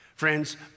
Friends